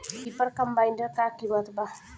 Reaper combiner का किमत बा?